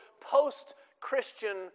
post-Christian